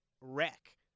wreck